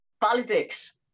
politics